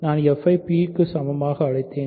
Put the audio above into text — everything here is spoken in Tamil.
நான் f ஐ p க்கு சமமாக அழைத்தேன்